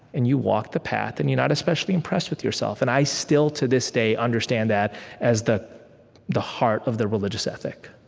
and you walk the path, and you're not especially impressed with yourself. and i still, to this day, understand that as the the heart of the religious ethic